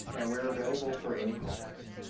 and we're available for any questions.